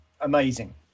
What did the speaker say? amazing